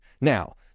Now